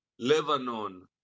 Lebanon